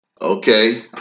Okay